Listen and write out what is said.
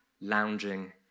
lounging